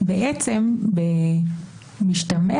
משתמע